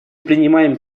принимаем